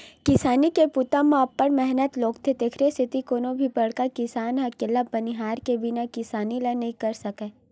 किसानी के बूता म अब्ब्ड़ मेहनत लोगथे तेकरे सेती कोनो भी बड़का किसान ह अकेल्ला बनिहार के बिना किसानी ल नइ कर सकय